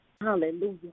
hallelujah